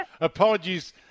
Apologies